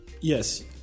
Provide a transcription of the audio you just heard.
Yes